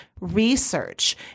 research